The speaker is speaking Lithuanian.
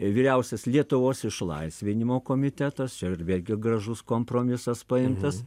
vyriausias lietuvos išlaisvinimo komitetas čia ir vėlgi gražus kompromisas paimtas